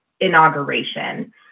inauguration